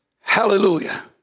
hallelujah